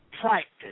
practice